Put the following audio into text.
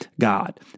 God